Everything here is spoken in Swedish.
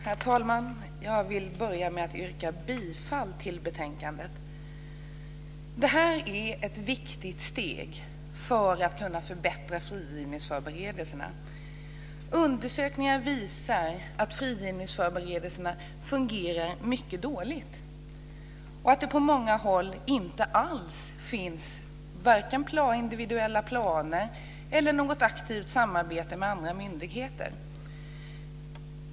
Herr talman! Jag vill börja med att yrka bifall till utskottets förslag i betänkandet. Vi har här ett viktigt steg för att kunna förbättra frigivningsförberedelserna. Undersökningar visar nämligen att frigivningsförberedelserna fungerar mycket dåligt och att det på många håll inte finns vare sig individuella planer eller ett aktivt samarbete med andra myndigheter.